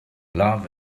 love